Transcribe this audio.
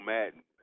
Madden